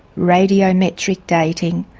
radiometric dating,